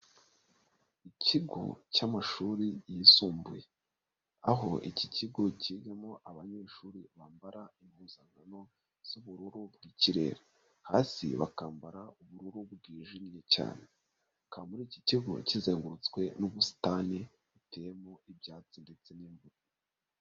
Ikigo cy'amashuri yisumbuye. aho iki kigo cyigamo abanyeshuri bambara impuzankano z'ubururu bw'ikirere, hasi bakambara ubururu bwijimye cyane, akaba muri iki kigo kizengurutswe n'ubusitani, buteyemo ibyatsi ndetse n'imvura.